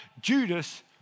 Judas